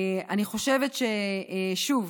אני חושבת, שוב,